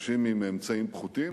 אנשים עם אמצעים פחותים.